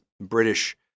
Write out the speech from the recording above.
British